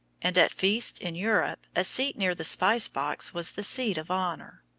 and at feasts in europe a seat near the spice-box was the seat of honour.